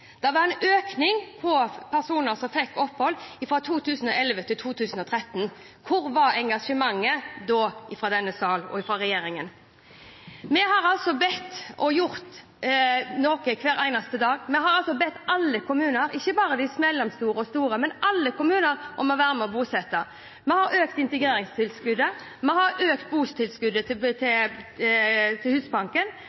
Det var en økning i personer som fikk opphold fra 2011 til 2013. Hvor var engasjementet da fra denne sal og fra regjeringen? Vi har altså gjort noe hver eneste dag. Vi har bedt alle kommuner – ikke bare de mellomstore og store, men alle kommuner – om å være med på å bosette. Vi har økt integreringstilskuddet, vi har økt botilskuddet til